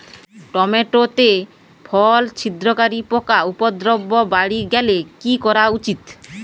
Tomato তে ফল ছিদ্রকারী পোকা উপদ্রব বাড়ি গেলে কি করা উচিৎ?